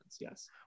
yes